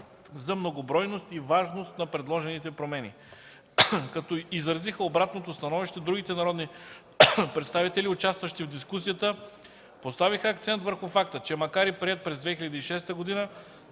за многобройност и важност на предложените промени. Като изразиха обратното становище, другите народни представители, участващи в дискусията, поставиха акцент върху факта, че макар и приет през 2006 г.,